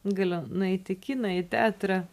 galiu nueit į kiną į teatrą